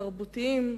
תרבותיים,